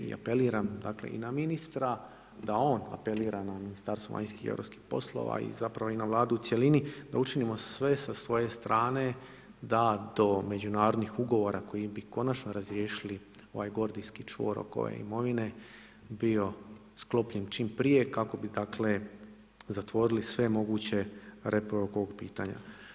I apeliram dakle i na ministra, da on apelira na Ministarstvo vanjskih i europskih poslova i na Vladu u cjelini da učinimo sve sa svoje strane, da do međunarodnih ugovora, koji bi konačno razriješili ovaj gordijski čvor oko imovine, bio sklopljen čim prije, kako bi dakle, zatvorili sve moguće … oko ovog pitanja.